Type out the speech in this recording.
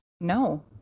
No